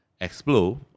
explore